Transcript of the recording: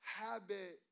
habit